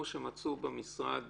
או שמצאו במשרד